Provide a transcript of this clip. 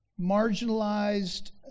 marginalized